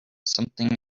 something